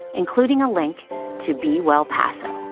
including link to be well paso.